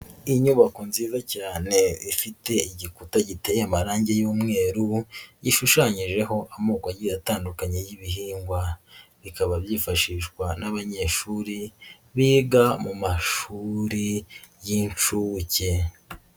Inyubako nziza cyane ifite igikuta giteye amarangi y'umweru, gishushanyijeho amoko agiye atandukanye y'ibihingwa, bikaba byifashishwa n'abanyeshuri biga mu mashuri y'inshuke.